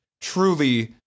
truly